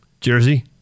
Jersey